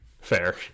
fair